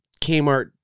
Kmart